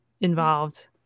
involved